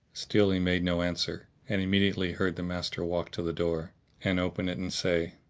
still he made no answer and immediately heard the master walk to the door and open it and say,